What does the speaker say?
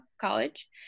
college